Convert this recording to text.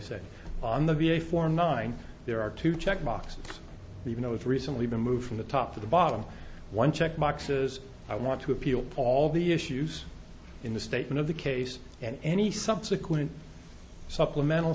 said on the v a form nine there are two check boxes even though it's recently been moved from the top to the bottom one check boxes i want to appeal paul the issues in the statement of the case and any subsequent supplemental